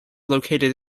located